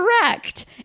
Correct